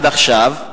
עד עכשיו,